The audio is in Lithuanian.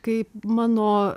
kaip mano